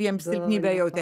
jiems silpnybę jautė